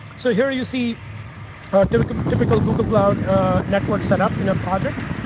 so here you see ah typical but typical google cloud networks set up in a project.